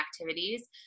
activities